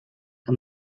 que